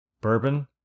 bourbon